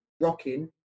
rocking